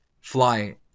fly